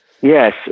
Yes